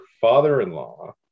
father-in-law